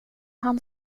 han